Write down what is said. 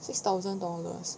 six thousand dollars